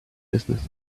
business